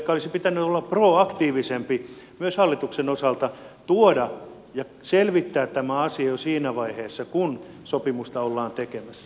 ehkä olisi pitänyt olla proaktiivisempi myös hallituksen osalta tuoda ja selvittää tämä asia jo siinä vaiheessa kun sopimusta ollaan tekemässä